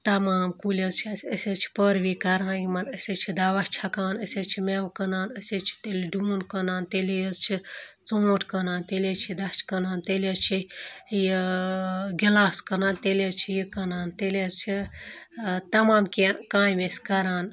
تَمام کُلۍ حظ چھِ اَسہِ أسۍ حظ چھِ پٲروِی کَران یِمَن أسی حظ چھِ دَوا چھَکان أسۍ حظ چھِ مٮ۪وٕ کٕنان أسۍ حظ چھِ تیٚلہِ ڈوٗن کٕنان تیٚلی حظ چھِ ژوٗںٛٹھۍ کٕنان تیٚلہِ حظ چھِ دَچھ کٕنان تیٚلہِ حظ چھِ یہِ گِلاس کٕنان تیٚلہِ حظ چھِ یہِ کٕنان تیٚلہِ حظ چھِ تَمام کینٛہہ کامہِ أسۍ کَران